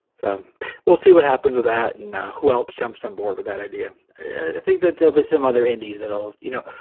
so we'll see what happens with that and who else jumps on board with that idea i think that there'll be some other indies that all you know?